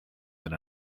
than